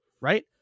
right